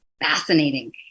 fascinating